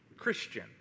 christian